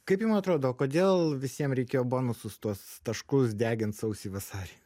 kaip jum atrodo o kodėl visiem reikėjo bonusus tuos taškus degint sausį vasarį